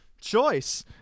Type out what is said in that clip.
choice